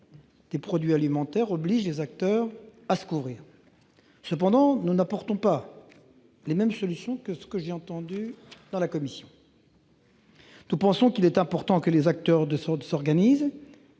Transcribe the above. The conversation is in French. des produits alimentaires oblige les acteurs à se couvrir. Néanmoins, nous n'apportons pas les mêmes solutions que celles que j'ai entendues en commission. Nous pensons qu'il est important que les acteurs s'organisent